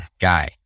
guy